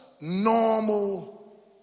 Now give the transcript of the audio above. normal